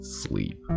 sleep